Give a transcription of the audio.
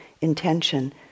intention